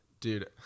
Dude